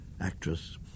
actress